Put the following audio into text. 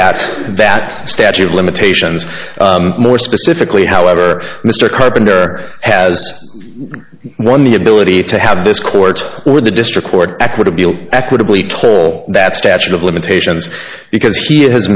at that statute of limitations more specifically however mr carpenter has won the ability to have this court or the district court equitable equitably to that statute of limitations because he